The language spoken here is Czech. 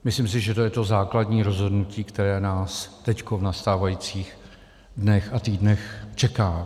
Myslím si, že to je to základní rozhodnutí, které nás teď v nastávajících dnech a týdnech čeká.